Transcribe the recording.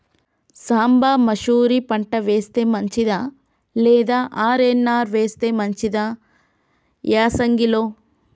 సాంబ మషూరి పంట వేస్తే మంచిదా లేదా ఆర్.ఎన్.ఆర్ వేస్తే మంచిదా యాసంగి లో?